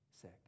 sick